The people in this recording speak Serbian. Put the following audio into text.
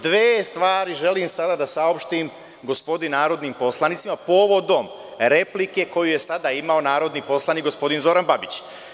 Dve stvari želim sada da saopštim gospodi narodnim poslanicima povodom repliku koju je sada imao narodni poslanik gospodin Zoran Babić.